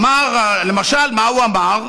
למשל, מה הוא אמר?